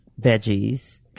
veggies